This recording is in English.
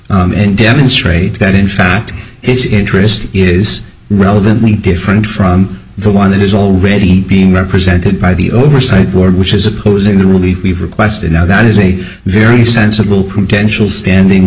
and demonstrate that in fact his interest is relevant me different from the one that is already being represented by the oversight board which is opposing the relief we've requested now that is a very sensible potential standing